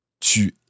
Tu